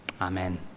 Amen